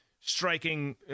striking